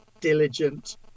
diligent